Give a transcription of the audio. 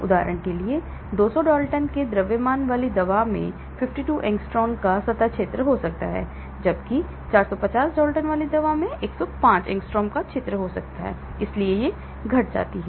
उदाहरण के लिए 200 डाल्टन के द्रव्यमान वाली दवा में 52 एंगस्ट्रॉम का सतह क्षेत्र हो सकता है जबकि 450 डाल्टन वाली दवा में 105 एंगस्ट्रॉम का क्षेत्र हो सकता है इसलिए यह घट जाती है